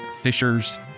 fishers